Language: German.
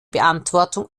beantwortung